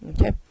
okay